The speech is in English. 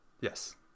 yes